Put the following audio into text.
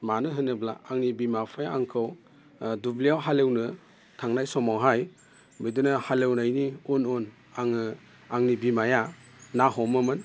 मानो होनोब्ला आंनि बिमा बिफाया आंखौ दुब्लियाव हालेवनो थांनाय समावहाय बिदिनो हालेवनायनि उन उन आङो आंनि बिमाया ना हमोमोन